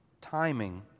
timing